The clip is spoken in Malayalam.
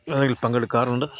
അതിൽ പങ്കെടുക്കാറുണ്ട്